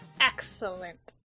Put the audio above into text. Excellent